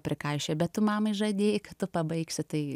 prikaišioja bet tu mamai žadėk kad tu pabaigsi tai